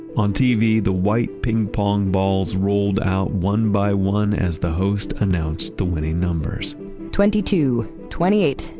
on tv, the white ping pong balls rolled out one by one as the host announced the winning numbers twenty two, twenty eight,